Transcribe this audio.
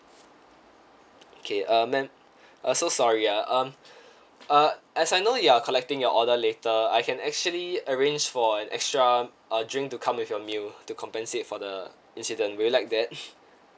okay uh ma'am uh so sorry ah um uh as I know you are collecting your order later I can actually arrange for an extra uh drink to come with your meal to compensate for the incident would you like that